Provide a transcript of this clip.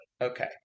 Okay